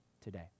today